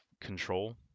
control